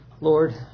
Lord